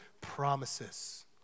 promises